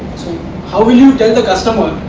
how will tell the customer,